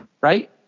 right